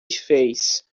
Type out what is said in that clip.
fez